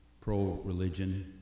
pro-religion